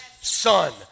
son